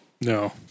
No